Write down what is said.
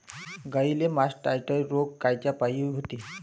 गाईले मासटायटय रोग कायच्यापाई होते?